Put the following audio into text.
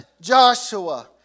Joshua